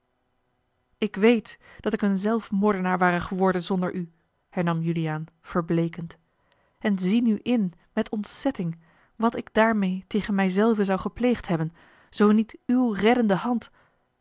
ik weet dat ik een zelfmoordenaar ware geworden zonder u hernam juliaan verbleekend en zie nu in met ontzetting wat ik daarmeê tegen mij zelven zou gepleegd hebben zoo niet uwe reddende hand